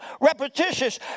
repetitious